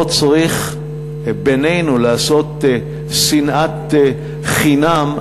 לא צריך לעשות בינינו שנאת חינם,